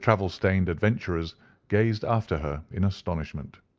travel-stained adventurers gazed after her in astonishment,